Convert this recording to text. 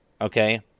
Okay